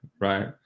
right